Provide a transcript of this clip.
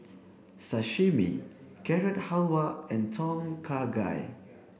sashimi Carrot Halwa and Tom Kha Gai